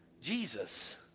Jesus